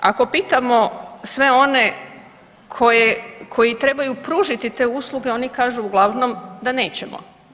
Ako pitamo sve one koje, koji trebaju pružiti te usluge oni kažu uglavnom da nećemo.